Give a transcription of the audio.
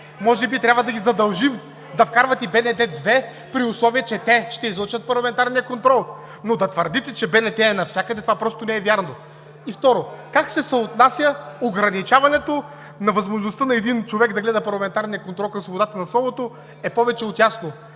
Може би трябва да ги задължим да вкарват и БНТ 2, при условие че те ще излъчват парламентарния контрол, но да твърдите, че БНТ е навсякъде – това просто не е вярно. Второ, как ще се отнася ограничаването на възможността на един човек да гледа парламентарния контрол към свободата на словото е повече от ясно.